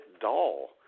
dull